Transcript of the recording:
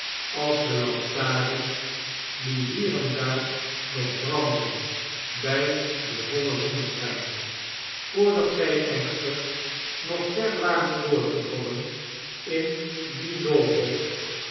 als de lantarens nelly die hier en daar nog brandden bij den vollen zonneschijn voordat zij echter nog ver waren doorgedrongen in dien doolhof